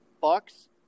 Bucks